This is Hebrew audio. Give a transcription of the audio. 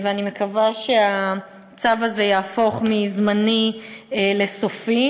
אני מקווה שהצו הזה יהפוך מזמני לסופי,